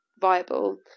viable